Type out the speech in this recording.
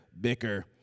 bicker